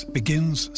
begins